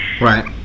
right